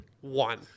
One